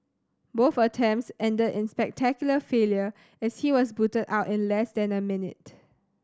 both attempts ended in spectacular failure as he was booted out in less than a minute